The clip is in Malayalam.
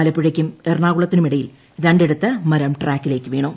ആലപ്പുഴയ്ക്കും എറണാകുളത്തിനുമിടയിൽ രണ്ടിടത്ത് മരം ട്രാക്കിലേക്ക് വീണു